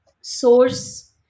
source